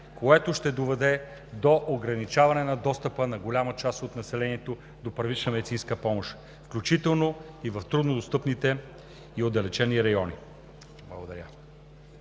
което ще доведе до ограничаване достъпа на голяма част от населението до първична медицинска помощ, включително в труднодостъпни и отдалечени райони.